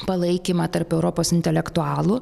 palaikymą tarp europos intelektualų